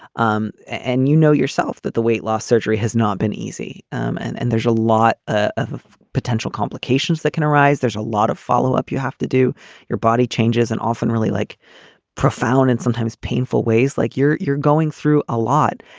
um and you know yourself that the weight loss surgery has not been easy um and and there's a lot ah of potential complications that can arise. there's a lot of follow up. you have to do your body changes and often really like profound and sometimes painful ways like you're you're going through a lot.